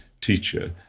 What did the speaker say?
teacher